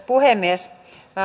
puhemies